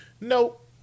nope